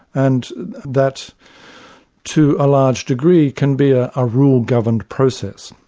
and that to a large degree, can be ah a rule-governed process,